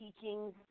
teachings